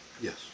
Yes